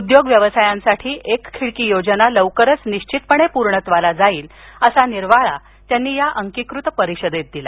उद्योग व्यवसायांसाठी एक खिडकी योजना लवकरच निश्चितपणे पूर्णत्वाला जाईल असा निर्वाळा त्यांनी या अंकीकृत परिषदेत दिला